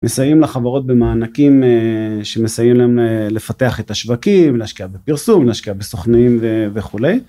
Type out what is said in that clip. מסיעים לחברות במענקים שמסיעים להם לפתח את השווקים להשקיע בפרסום להשקיע בסוכנים וכולי.